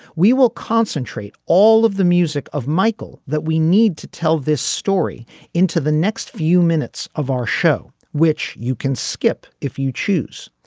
we will concentrate all of the music of michael that we need to tell this story into the next few minutes of our show which you can skip if you choose.